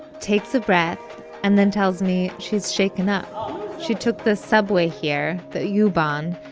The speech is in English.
takes a breath and then tells me she's shaken up she took the subway here, the yeah u-bahn.